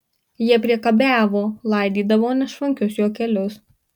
jie priekabiavo laidydavo nešvankius juokelius